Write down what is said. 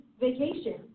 vacation